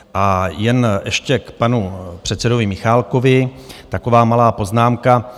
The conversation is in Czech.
A jen ještě k panu předsedovi Michálkovi taková malá poznámka.